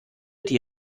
die